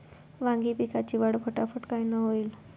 वांगी पिकाची वाढ फटाफट कायनं होईल?